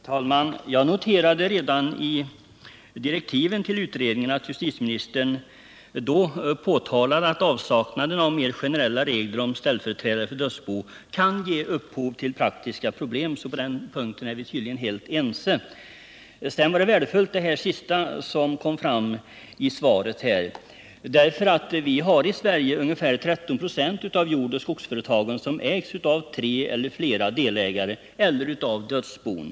Herr talman! Jag noterade att justitieministern i direktiven till utredningen påtalade att avsaknaden av mer generella regler om ställföreträdare för dödsbon kan ge upphov till faktiska problem, så på den punkten är vi tydligen helt ense. Sedan vill jag säga att det sista som justitieministern sade var värdefullt, därför att i Sverige ägs ungefär 13 96 av jordoch skogsföretagen av tre eller flera delägare eller av dödsbon.